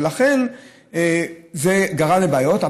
וזה גרם לבעיות.